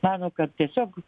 mano kad tiesiog